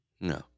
no